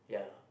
yeah